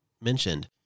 mentioned